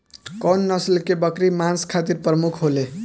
कउन नस्ल के बकरी मांस खातिर प्रमुख होले?